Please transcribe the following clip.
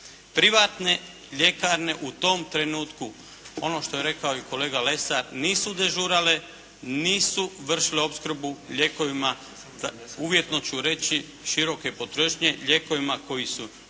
Privatne ljekarne u tom trenutku, ono što je rekao i kolega Lesar nisu dežurale, nisu vršile opskrbu lijekovima, uvjetno ću reći široke potrošnje lijekovima koji su